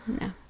No